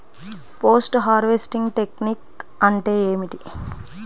Post harvesting technique అంటే ఏమిటీ?